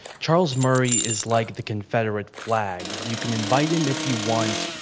charles murray is like the confederate flag. you can invite him if you want,